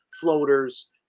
floaters